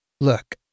look